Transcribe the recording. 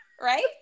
Right